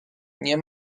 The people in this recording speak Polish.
nie